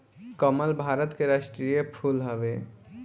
कमल भारत के राष्ट्रीय फूल हवे